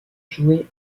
joué